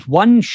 one